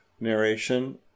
narration